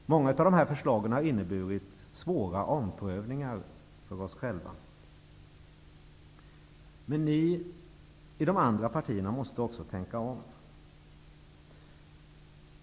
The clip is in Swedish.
Många av dessa förslag har inneburit svåra omprövningar för oss själva. Ni i de andra partierna måste också tänka om!